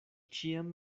ĉiam